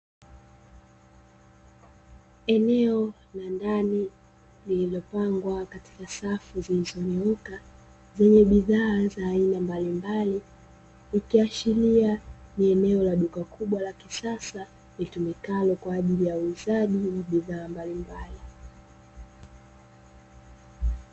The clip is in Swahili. Eneo la ndani lililopangwa katika safu zilizonyooka, lenye bidhaa za aina mbalimbali. Likiashiria ni eneo la duka kubwa la kisasa linalotumika kwa ajili ya uuzaji wa bidhaa mbalimbali.